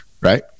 right